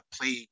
play